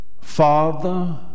Father